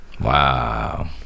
Wow